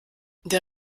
der